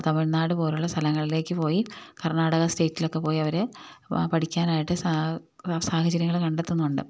തമിഴ്നാട് പോലെയുള്ള സ്ഥലങ്ങളിലേക്ക് പോയി കർണാടക സ്റ്റേറ്റിലൊക്കെ പോയി അവര് പഠിക്കാനായിട്ട് സാഹചര്യങ്ങള് കണ്ടെത്തുന്നുണ്ട്